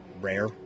rare